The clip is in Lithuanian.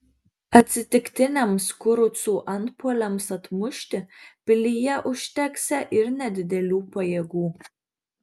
atsitiktiniams kurucų antpuoliams atmušti pilyje užteksią ir nedidelių pajėgų